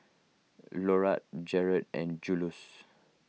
Lolla Jarett and Juluis